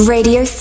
Radio